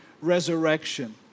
resurrection